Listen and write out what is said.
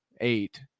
eight